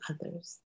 others